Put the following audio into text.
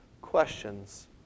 questions